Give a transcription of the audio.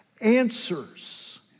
answers